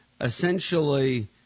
Essentially